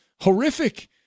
horrific